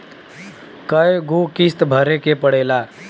कय गो किस्त भरे के पड़ेला?